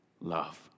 love